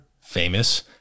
famous